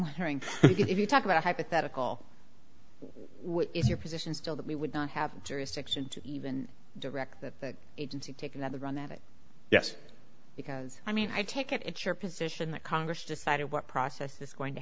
wondering if you talk about hypothetical what is your position still that we would not have jurisdiction to even direct that agency take another run at it yes because i mean i take it it's your position that congress decided what process is going to